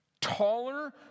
taller